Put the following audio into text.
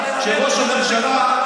כשראש הממשלה,